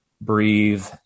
breathe